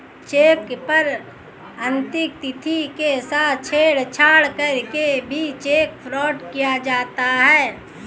check पर अंकित तिथि के साथ छेड़छाड़ करके भी चेक फ्रॉड किया जाता है